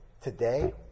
Today